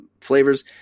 flavors